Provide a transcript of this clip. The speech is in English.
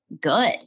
good